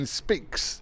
speaks